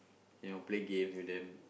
you know play games with them